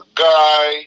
guy